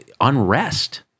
unrest